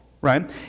right